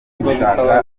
gushaka